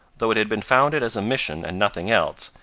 though it had been founded as a mission and nothing else,